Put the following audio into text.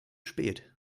spät